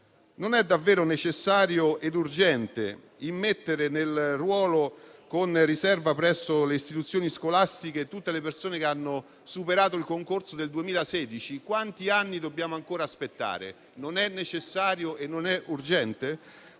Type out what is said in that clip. Non è davvero necessario ed urgente immettere nel ruolo, con riserva presso le istituzioni scolastiche, tutte le persone che hanno superato il concorso del 2016? Quanti anni dobbiamo ancora aspettare? Non è necessario e urgente?